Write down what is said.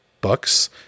books